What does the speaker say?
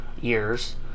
years